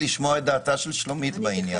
וגם אני אשמח לשמוע את דעתה של שלומית בעניין.